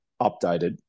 updated